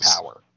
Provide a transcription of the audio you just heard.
power